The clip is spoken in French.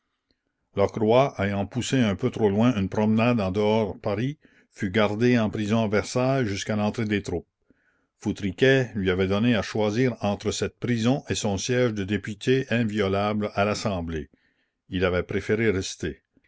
lockroy ayant poussé un peu trop loin une promenade en dehors paris fut gardé en prison à versailles jusqu'à l'entrée des troupes foutriquet lui avait donné à choisir entre cette prison et son siège de député inviolable à l'assemblée il avait préféré rester